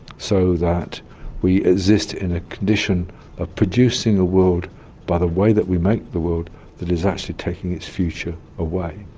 so that we exist in a condition of producing a world by the way that we make the world that is actually taking its future away.